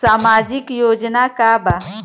सामाजिक योजना का बा?